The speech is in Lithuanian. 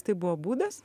tai buvo būdas